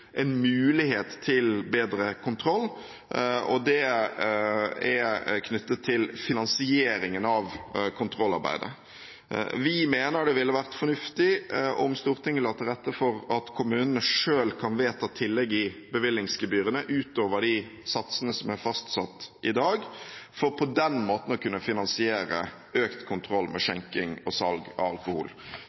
en mulighet for bedre kontroll. Det er knyttet til finansieringen av kontrollarbeidet. Vi mener det ville vært fornuftig om Stortinget la til rette for at kommunene selv kan vedta tillegg i bevillingsgebyrene, utover de satsene som er fastsatt i dag, for på den måten å kunne finansiere økt kontroll med skjenking og salg av alkohol.